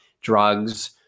drugs